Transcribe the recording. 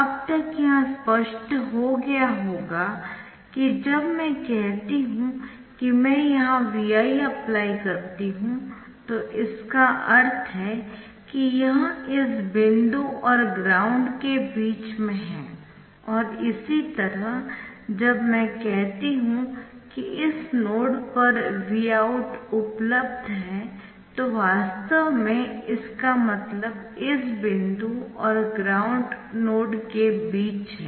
अब तक यह स्पष्ट हो गया होगा कि जब मैं कहती हूँ कि मैं यहाँ Vi अप्लाई करती हूँ तो इसका अर्थ है कि यह इस बिंदु और ग्राउंड के बीच में है और इसी तरह जब मैं कहती हूं कि इस नोड पर Vout उपलब्ध है तो वास्तव में इसका मतलब इस बिंदु और ग्राउंड नोड के बीच है